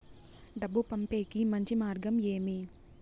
డబ్బు పంపేకి మంచి మార్గం ఏమి